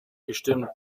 gestimmt